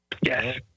Yes